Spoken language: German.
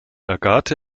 agathe